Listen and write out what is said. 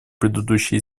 предыдущие